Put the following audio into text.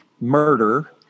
murder